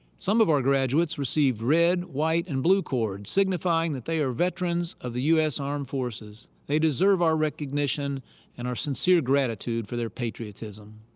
some of our graduates received red, white, and blue cords, signifying that they are veterans of the us armed forces. they deserve our recognition and our sincere gratitude for their patriotism.